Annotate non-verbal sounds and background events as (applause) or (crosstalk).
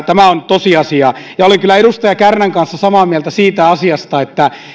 (unintelligible) tämä on tosiasia ja olen kyllä edustaja kärnän kanssa samaa mieltä siitä asiasta että